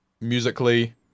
musically